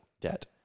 debt